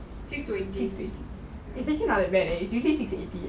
six twenty